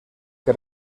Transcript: que